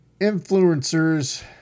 Influencers